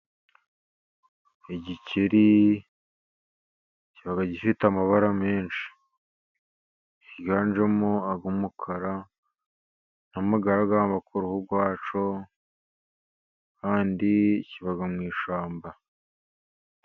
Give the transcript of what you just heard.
Igikeri kiba gifite amabara menshi ,higanjemo ay'umukara n'amagaragamba ku ruhu rwacyo, kandi kiba mu ishyamba.